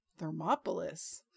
Thermopolis